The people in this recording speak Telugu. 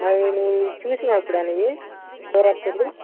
మరి నువ్వు చూసినవా ఎప్పుడైనా ఇవి శివరాత్రులు